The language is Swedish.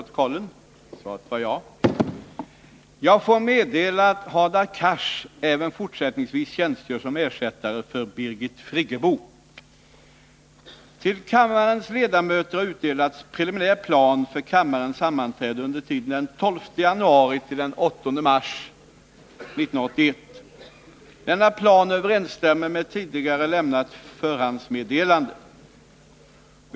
Till kammarens ledamöter har utdelats en preliminär plan för kammarens sammanträden under tiden den 12 januari-den 8 mars 1981. Denna plan överensstämmer med tidigare lämnat förhandsmeddelande.